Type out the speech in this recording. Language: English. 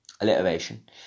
Alliteration